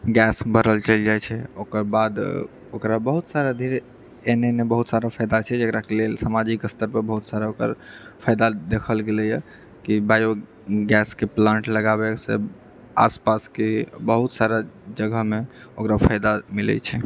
gas भरल चलि जाइत छै ओकर बाद ओकरा बहुत सारा धीरे एहने एहने बहुत सारा फायदा छै जेकरा कि लेल समाजिक स्तर पर बहुत सारा ओकर फायदा देखल गेलैए कि बायोगैसके प्लांट लगाबैसँ आसपासके बहुत सारा जगहमे ओकरा फायदा मिलैत छै